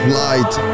light